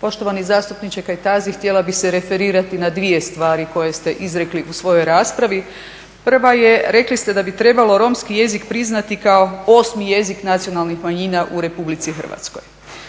Poštovani zastupniče Kajtazi htjela bih se referirati na dvije stvari koje ste izrekli u svojoj raspravi. Prva je, rekli ste da bi trebalo romski jezik priznati kao osmi jezik nacionalnih manjina u RH. Dakle,